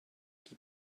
qui